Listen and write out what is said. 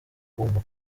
kwumva